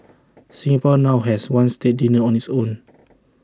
Singapore now has one state dinner on its own